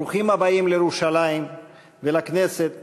ברוכים הבאים לירושלים ולכנסת,